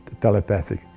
telepathic